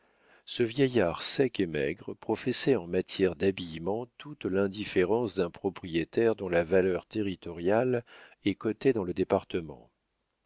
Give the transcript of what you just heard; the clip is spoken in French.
ce vieillard sec et maigre professait en matière d'habillement toute l'indifférence d'un propriétaire dont la valeur territoriale est cotée dans le département